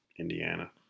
indiana